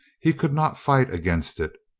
he could not fight against it.